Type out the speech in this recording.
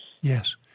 Yes